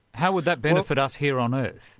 how would that benefit us here on earth?